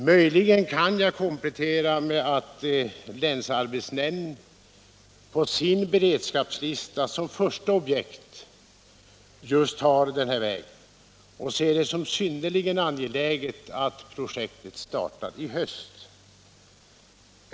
Möjligen kan jag komplettera med upplysningen att lantbruksnämnden på sin beredskapslista som första objekt just har den här vägen och ser det som synnerligen angeläget att projektet startar i höst.